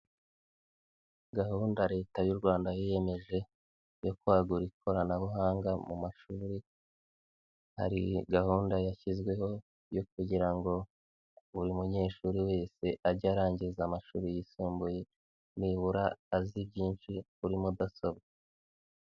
Gahunda Leta y'u Rwanda yiyemeje, yo kwagura ikoranabuhanga mu mashuri, hari gahunda yashyizweho yo kugira ngo buri munyeshuri wese ajye arangiza amashuri yisumbuye, nibura azi byinshi kuri mudasobwa.